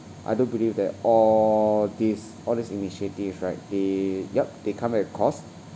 I do believe that all these all these initiative right they yup they come at a cost